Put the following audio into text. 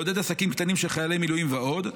עידוד עסקים קטנים של חיילי מילואים ועוד.